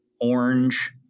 orange